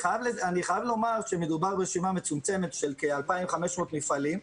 אני חייב לומר שמדובר ברשימה מצומצמת של כ-2,500 מפעלים,